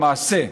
למעשה,